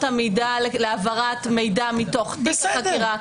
המידה להעברת מידע מתוך תיק החקירה,